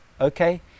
okay